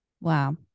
Wow